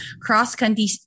cross-country